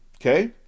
okay